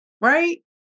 Right